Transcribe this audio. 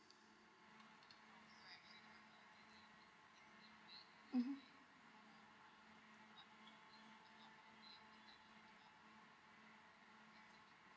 mmhmm